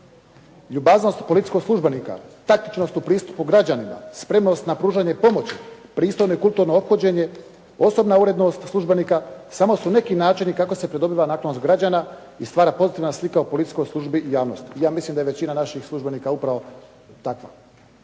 Ljubaznost policijskog službenika, taktičnost u pristupu građanima, spremnost na pružanje pomoći, pristojno i kulturno ophođenje, osobna urednost službenika samo su neki načini kako se pridobiva naklonost građana i stvara pozitivna slika o policijskoj službi i javnosti. Ja mislim da je većina naših službenika upravo takva.